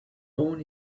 born